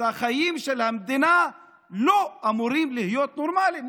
אז החיים של המדינה לא אמורים להיות נורמליים.